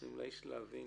נותנים לאיש להבין